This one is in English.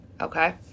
Okay